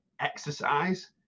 exercise